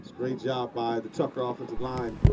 great job by the tucker offensive line.